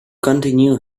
continue